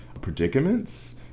predicaments